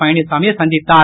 பழனிச்சாமியை சந்தித்தார்